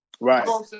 Right